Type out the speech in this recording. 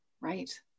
right